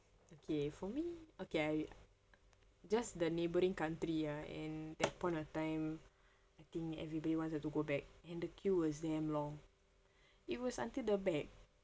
okay for me okay I just the neighbouring country ah and that point of time I think everybody wanted to go back and the queue was damn long it was until the back